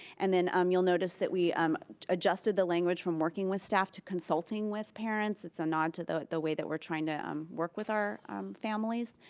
and then um you'll notice that we um adjusted the language from working with staff to consulting with parents, it's a nod to the the way that we're trying to um work with our families,